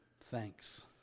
thanks